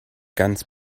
ganz